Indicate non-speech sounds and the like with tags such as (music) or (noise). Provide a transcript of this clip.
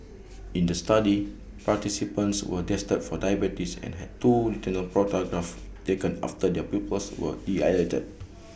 in the study participants were tested for diabetes and had two retinal photographs taken after their pupils were (unintelligible)